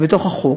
בחוק.